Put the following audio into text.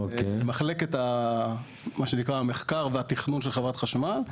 במחלקת המחקר והתכנון של חברת חשמל,